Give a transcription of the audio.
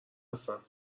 هستم